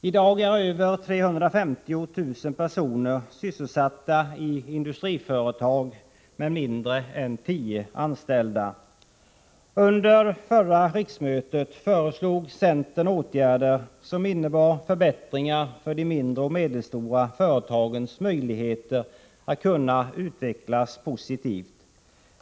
I dag är över 350 000 personer sysselsatta i industriföretag med mindre än 10 anställda. Under förra riksmötet föreslog centern åtgärder som innebar förbättringar för de mindre och medelstora företagens möjligheter att utvecklas positivt.